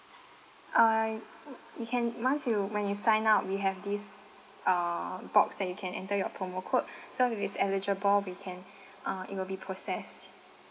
I you can once you when you sign up we have this uh box that you can enter your promo code so if it's eligible we can uh it will be processed